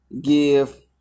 give